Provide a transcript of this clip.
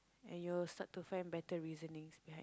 and you will start to find better reasonings ya